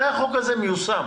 מתי החוק הזה ייושם?